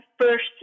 first